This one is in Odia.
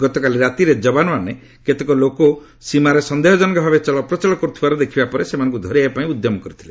ଗତକାଲି ରାତିରେ ଯବାନମାନେ କେତେକ ଲୋକ ସୀମାରେ ସନ୍ଦେହଜନକ ଭାବେ ଚଳପ୍ରଚଳ କରୁଥିବାର ଦେଖିବା ପରେ ସେମାନଙ୍କୁ ଧରିବାପାଇଁ ଉଦ୍ୟମ କରିଥିଲେ